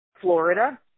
Florida